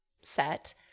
set